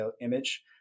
image